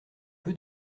peu